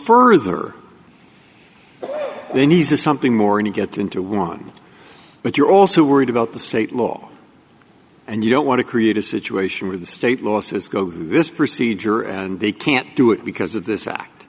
further then he's a something more and you get into one but you're also worried about the state law and you don't want to create a situation where the state law says go to this procedure and they can't do it because of this act